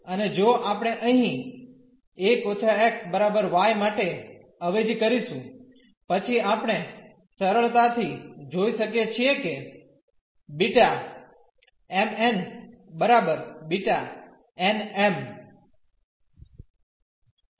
અને જો આપણે અહીં 1 − x y માટે અવેજી કરીશું પછી આપણે સરળતાથી જોઈ શકીએ છીએ કે B m n B n m